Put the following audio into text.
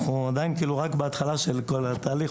אנחנו עדיין רק בהתחלה של כל התהליך.